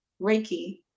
Reiki